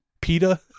PETA